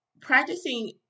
practicing